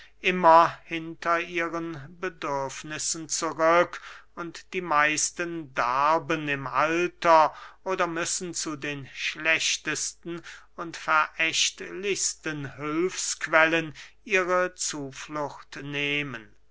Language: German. immer hinter ihren bedürfnissen zurück und die meisten darben im alter oder müssen zu den schlechtesten und verächtlichsten hülfsquellen ihre zuflucht nehmen